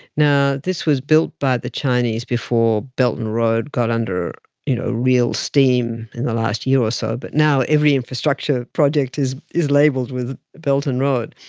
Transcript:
now, this was built by the chinese before belt and road got under you know real steam in the last year or so but now every infrastructure project is is labelled with belt and road.